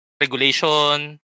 regulation